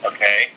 Okay